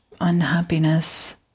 unhappiness